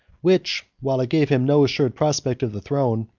which, while it gave him no assured prospect of the throne,